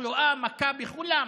התחלואה מכה בכולם,